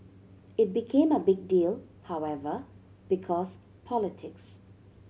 it became a big deal however because politics